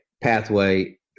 pathway